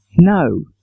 No